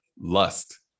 lust